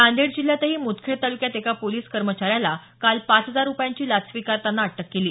नांदेड जिल्ह्यातही मुदखेड तालुक्यात एका पोलीस कर्मचाऱ्याला काल पाच हजार रुपयांची लाच स्वीकारताना अटक केली